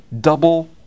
double